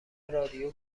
رادیو